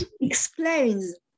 explains